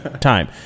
time